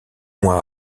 mois